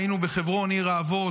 היינו בחברון, עיר האבות.